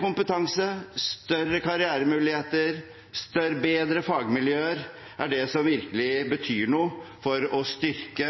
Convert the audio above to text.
kompetanse, større karrieremuligheter og bedre fagmiljøer er det som virkelig betyr noe for å styrke